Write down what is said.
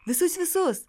visus visus